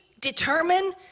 determine